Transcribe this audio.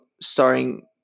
starring